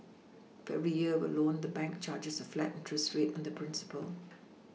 for every year a loan the bank charges a flat interest rate on the principal